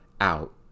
out